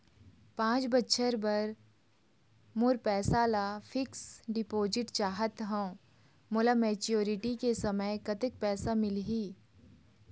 पांच बछर बर मोर पैसा ला फिक्स डिपोजिट चाहत हंव, मोला मैच्योरिटी के समय कतेक पैसा मिल ही?